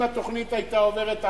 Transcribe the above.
אם התוכנית היתה עוברת,